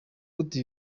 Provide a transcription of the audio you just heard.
gute